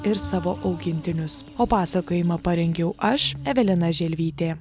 ir savo augintinius o pasakojimą parengiau aš evelina želvytė